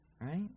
right